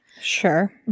Sure